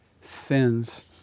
sins